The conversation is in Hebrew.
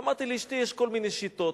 אמרתי: לאשתי יש כל מיני שיטות.